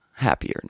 happier